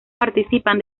participan